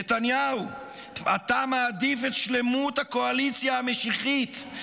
נתניהו מעדיף את שלמות הקואליציה המשיחית,